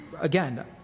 Again